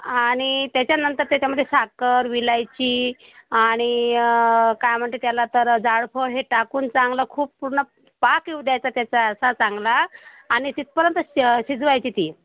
आणि त्याच्यानंतर त्याच्यामध्ये साखर विलायची आणि काय म्हणते त्याला तर जायफळ हे टाकून चांगलं खूप पूर्ण पाक येऊ द्यायचा त्याचा असा चांगला आणि तिथपर्यंत शि शिजवायची ती